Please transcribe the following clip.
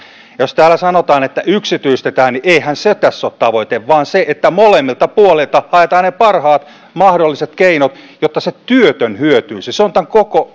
jos täällä sanotaan että yksityistetään niin eihän se tässä ole tavoite vaan se että molemmilta puolilta haetaan parhaat mahdolliset keinot jotta se työtön hyötyisi se on tämän koko